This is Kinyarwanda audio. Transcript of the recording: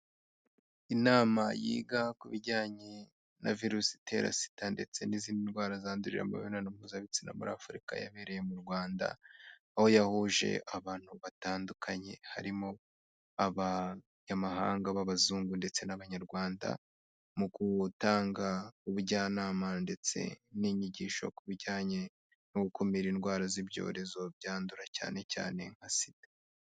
Inama yiga ku bijyanye na virusi itera sida ndetse n'izindi ndwara zandurira mu mibonano mpuzabitsina muri Afurika, yabereye mu Rwanda, aho yahuje abantu batandukanye, harimo abanyamahanga b'abazungu ndetse n'abanyarwanda, mu gutanga ubujyanama ndetse n'inyigisho ku bijyanye no gukumira indwara z'ibyorezo byandura cyane cyane nka SIDA.